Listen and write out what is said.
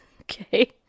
Okay